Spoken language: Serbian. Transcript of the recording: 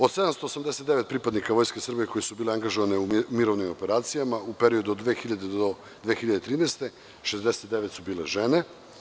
Od 789 pripadnika Vojske Srbije koji su bili angažovani u mirovnim operacijama u periodu od 2000. do 2013. godine, 69 su bile žene.